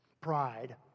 pride